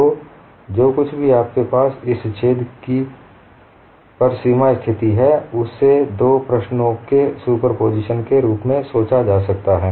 तो जो कुछ भी आपके पास इस छेद पर सीमा की स्थिति है उसे दो प्रश्नों के सुपरपोजिशन के रूप में सोचा जा सकता है